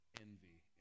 envy